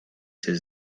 his